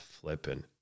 flipping